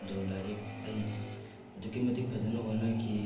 ꯑꯗꯨ ꯂꯥꯏꯔꯤꯛ ꯑꯩ ꯑꯗꯨꯛꯀꯤ ꯃꯇꯤꯛ ꯐꯖꯅ ꯍꯣꯠꯅꯈꯤ